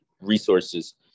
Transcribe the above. resources